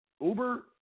Uber